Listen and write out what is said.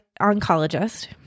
oncologist